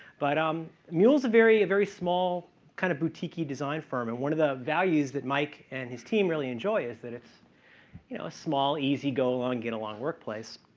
but um mule's a very, very small kind of boutique-y design firm. and one of the values that mike and his team really enjoy is that it's you know ah small, easy go along, get along work place.